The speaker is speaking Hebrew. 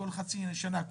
בכל חצי שנה,